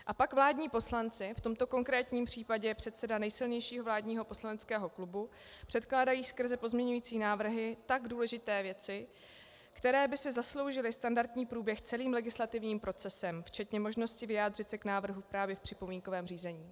A pak vládní poslanci, v tomto konkrétním případě předseda nejsilnějšího vládního poslaneckého klubu, předkládají skrze pozměňovací návrhy tak důležité věci, které by si zasloužily standardní průběh celým legislativním procesem, včetně možnosti vyjádřit se k návrhu právě v připomínkovém řízení.